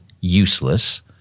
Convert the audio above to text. useless